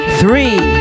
three